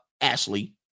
ashley